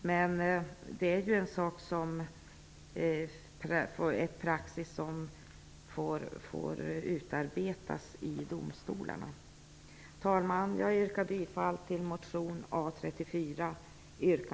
Men praxis får utarbetas i domstolarna. Herr talman! Jag yrkar bifall till motion A34